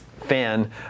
fan